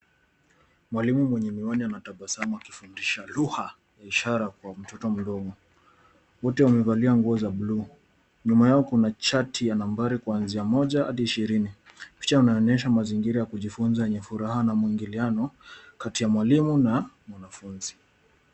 Mwalimu mwenye miwani anatabasamu akifundisha lugha ya ishara kwa mtoto mdogo. Wote wamevalia nguo za buluu. Nyuma yao kuna chati ya nambari kuanzia moja hadi ishirini. Picha inaonyesha mazingira ya kujifunza yenye furaha na muingiliano kati ya mwalimu na mwanafunzi.